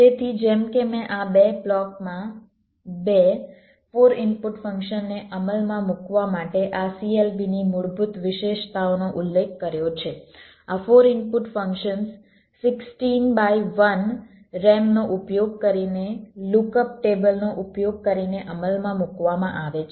તેથી જેમ કે મેં આ 2 બ્લોકમાં બે 4 ઇનપુટ ફંક્શનને અમલમાં મૂકવા માટે આ CLB ની મૂળભૂત વિશેષતાઓનો ઉલ્લેખ કર્યો છે આ 4 ઇનપુટ ફંક્શન્સ 16 બાય 1 RAM નો ઉપયોગ કરીને લુક અપ ટેબલનો ઉપયોગ કરીને અમલમાં મૂકવામાં આવે છે